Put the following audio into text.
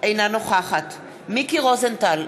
אינה נוכחת מיקי רוזנטל,